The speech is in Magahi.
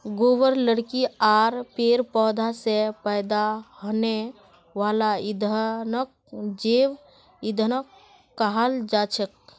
गोबर लकड़ी आर पेड़ पौधा स पैदा हने वाला ईंधनक जैव ईंधन कहाल जाछेक